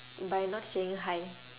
by not saying hi